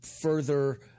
further